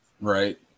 Right